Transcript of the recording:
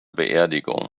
beerdigung